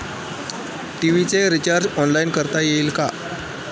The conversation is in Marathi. टी.व्ही चे रिर्चाज ऑनलाइन करता येईल का?